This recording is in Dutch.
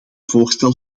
voorstel